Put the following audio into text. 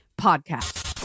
Podcast